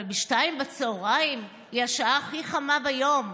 אבל שתיים בצוהריים היא השעה הכי חמה ביום.